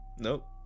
nope